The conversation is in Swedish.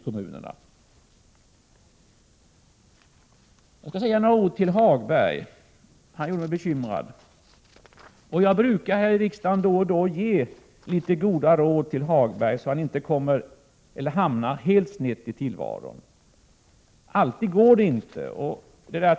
Jag vill säga ytterligare några ord till Lars-Ove Hagberg. Han gjorde mig bekymrad. Här i riksdagen brukar jag då och då ge litet goda råd till Hagberg, så att han inte hamnar helt snett i tillvaron. Det går emellertid inte alltid.